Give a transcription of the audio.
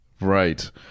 Right